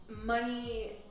money